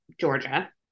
georgia